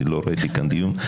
אני לא ראיתי כאן דיון.